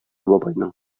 бабайның